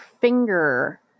finger